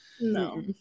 No